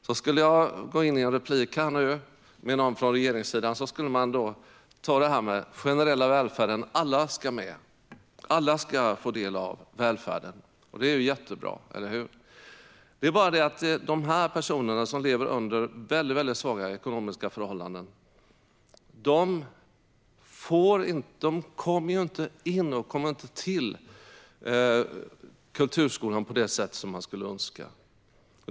Om jag skulle ha ett replikskifte med någon från regeringssidan skulle jag få höra om den generella välfärden, att alla ska med, att alla ska få del av välfärden. Det är jättebra - eller hur? Dessa personer som lever under svaga ekonomiska förhållanden kommer inte till kulturskolorna på det sätt vi skulle önska.